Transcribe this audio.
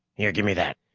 here, give me that.